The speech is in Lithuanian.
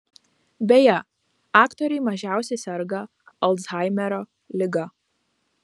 beje aktoriai mažiausiai serga alzhaimerio liga